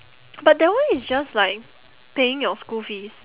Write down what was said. but that one is just like paying your school fees